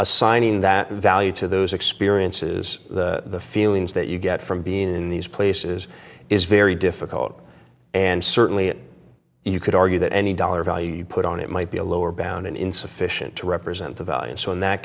assigning that value to those experiences the feelings that you get from being in these places is very difficult and certainly you could argue that any dollar value you put on it might be a lower bound in insufficient to represent the values so in that